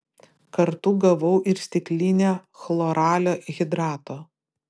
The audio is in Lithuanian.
kartu gavau ir stiklinę chloralio hidrato